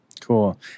Cool